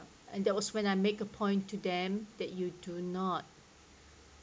and that was when I make a point to them that you do not